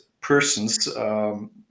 persons